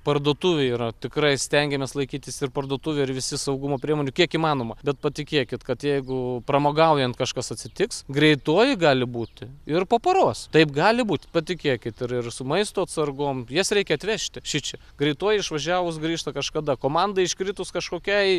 parduotuvė yra tikrai stengiamės laikytis ir parduotuvių ir visi saugumo priemonių kiek įmanoma bet patikėkit kad jeigu pramogaujant kažkas atsitiks greitoji gali būti ir po poros taip gali būt patikėkit ir ir su maisto atsargom jas reikia atvežti šičia greitoji išvažiavus grįžta kažkada komanda iškritus kažkokiai